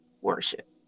worship